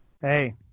Hey